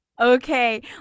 Okay